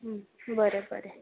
बरें बरें